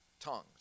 tongues